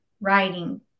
writing